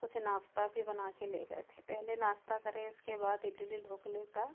कुछ नाश्ता भी बनाकर ले गए थे पहले नाश्ता करे उसके बाद इडली ढोकले का